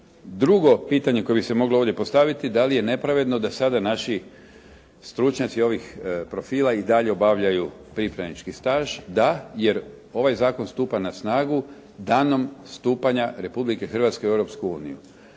Drugo pitanje koje bi se moglo ovdje postaviti da li je nepravedno da sada naši stručnjaci ovih profila i dalje obavljaju pripravnički staž. Da, jer ovaj zakon stupa na snagu danom stupanja Republike Hrvatske u Europsku uniju.